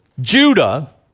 Judah